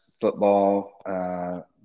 football